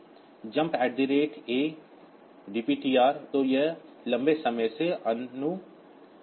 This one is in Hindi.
JMP A DPTR तो यह लंबे समय से अनुक्रमित जंप है